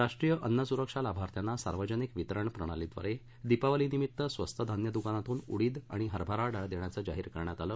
राष्ट्रीय अन्न सुरक्षा लाभार्थ्यांना सार्वजनिक वितरण प्रणालीद्वारे दीपावली निमित्त स्वस्त धान्य दुकानातून उडीद आणि हरभरा डाळ देण्याचं जाहीर करण्यात आलं